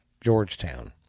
Georgetown